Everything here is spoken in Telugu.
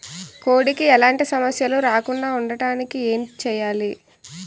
కోడి కి ఎలాంటి సమస్యలు రాకుండ ఉండడానికి ఏంటి చెయాలి?